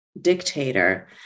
dictator